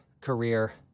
career